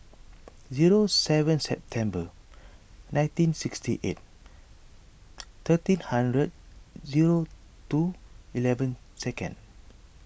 zero seven September nineteen sixty eight thirteen hundred zero two eleven seconds